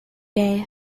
day